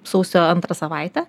sausio antrą savaitę